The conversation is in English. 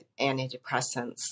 antidepressants